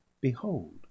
behold